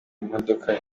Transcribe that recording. imodoka